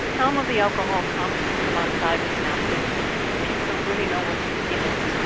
um of the alcohol comes from outside the camps and people don't really know what's in it.